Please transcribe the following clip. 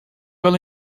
ela